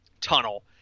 tunnel